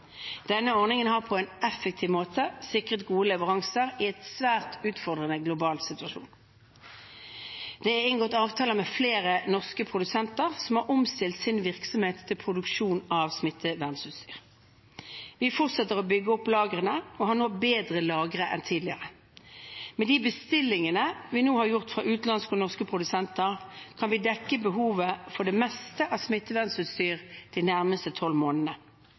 Denne ordningen har på en effektiv måte sikret gode leveranser i en svært utfordrende global situasjon. Det er inngått avtaler med flere norske produsenter som har omstilt sin virksomhet til produksjon av smittevernutstyr. Vi fortsetter å bygge opp lagrene og har nå bedre lagre enn tidligere. Med de bestillingene vi nå har gjort fra utenlandske og norske produsenter, kan vi dekke behovet for det meste av smittevernutstyr de nærmeste 12 månedene.